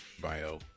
bio